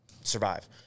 survive